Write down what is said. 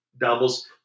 doubles